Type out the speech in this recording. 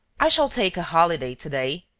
i shall take a holiday to-day,